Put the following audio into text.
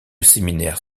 séminaire